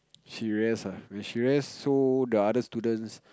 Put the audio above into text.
she rest ah when she rest so the other students